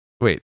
Wait